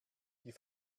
die